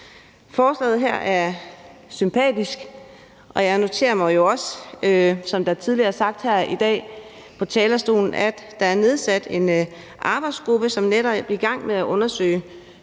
Forslaget her er sympatisk, og jeg noterer mig jo også, som der tidligere er sagt på talerstolen her i dag, at der er nedsat en arbejdsgruppe, som netop er i gang med at undersøge